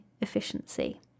efficiency